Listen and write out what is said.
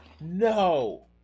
No